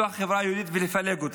ולפלג אותה.